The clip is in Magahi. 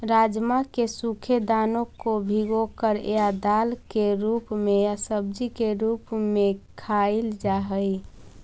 राजमा के सूखे दानों को भिगोकर या दाल के रूप में या सब्जी के रूप में खाईल जा हई